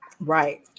right